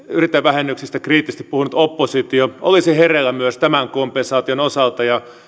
yrittäjävähennyksistä kriittisesti puhunut oppositio olisi hereillä myös tämän kompensaation osalta ja